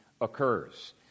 occurs